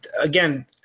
again